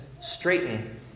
straighten